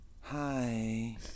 Hi